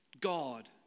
God